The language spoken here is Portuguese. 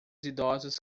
idosas